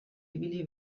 ibili